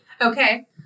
Okay